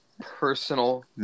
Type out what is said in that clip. Personal